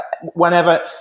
Whenever